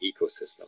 ecosystem